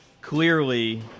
clearly